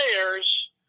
players